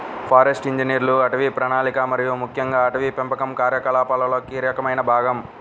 forest ఇంజనీర్లు అటవీ ప్రణాళిక మరియు ముఖ్యంగా అటవీ పెంపకం కార్యకలాపాలలో కీలకమైన భాగం